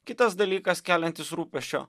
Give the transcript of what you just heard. kitas dalykas keliantis rūpesčio